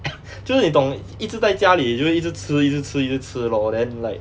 就是你懂一直在家里就会一直吃一直吃一直吃 lor then like